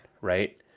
right